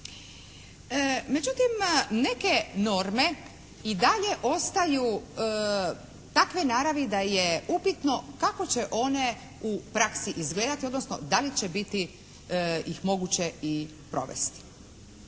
Međutim, neke norme i dalje ostaju takve naravi da je upitno kako će one u praksi izgledati odnosno da li će biti ih moguće i provesti.